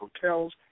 hotels